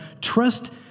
trust